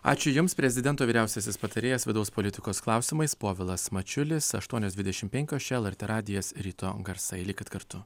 ačiū jums prezidento vyriausiasis patarėjas vidaus politikos klausimais povilas mačiulis aštuonios dvidešimt penkios čia lrt radijas ryto garsai likit kartu